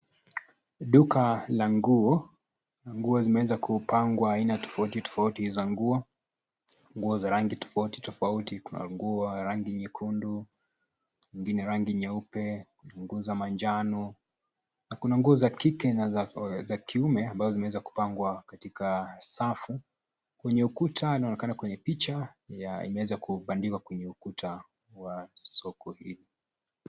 Duka la nguo, nguo zimeweza kupangwa aina tofauti tofauti za nguo, nguo za rangi tofauti tofauti kuna nguo ya rangi nyekundu, ingine rangi nyeupe, unguza manjano, na kuna nguo za kike na za kiume ambazo zimeweza kupangwa katika, safu, kwenye ukuta inaonekana kwenye picha, ya imeweza kubandikwa kwenye ukuta, wa soko hii.